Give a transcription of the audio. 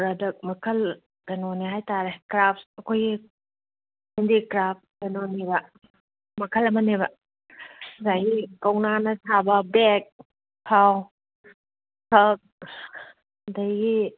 product ꯃꯈꯜ ꯀꯩꯅꯣꯅꯦ ꯍꯥꯏꯇꯥꯔꯦ ꯀ꯭ꯔꯥꯐꯁ ꯑꯩꯈꯣꯏꯒꯤ ꯀ꯭ꯔꯥꯐ ꯀꯩꯅꯣꯅꯦꯕ ꯃꯈꯜ ꯑꯃꯅꯦꯕ ꯉꯁꯥꯏꯒꯤ ꯀꯧꯅꯥꯅ ꯁꯥꯕ ꯕꯦꯒ ꯈꯥꯎ ꯐꯛ ꯑꯗꯒꯤ